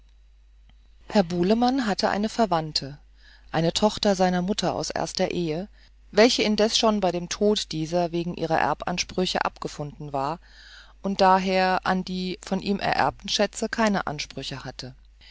bulemann hatte eine verwandte eine tochter seiner mutter aus erster ehe welche indessen schon bei dem tod dieser wegen ihrer erbansprüche abgefunden war und daher an die von ihm ererbten schätze keine ansprüche hatte